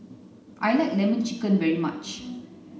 I like lemon chicken very much